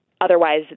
Otherwise